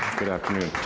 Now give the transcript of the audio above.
good afternoon.